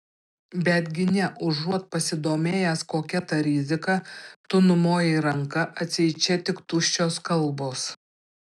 betgi ne užuot pasidomėjęs kokia ta rizika tu numojai ranka atseit čia tik tuščios kalbos